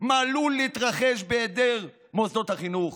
על מה שעלול להתרחש בהיעדר מוסדות החינוך,